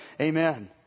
Amen